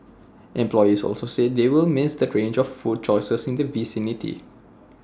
employees also said they will miss the range of food choices in the vicinity